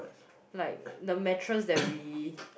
like the mattress that we